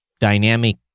dynamic